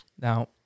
Now